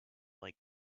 like